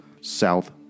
south